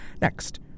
Next